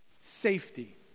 safety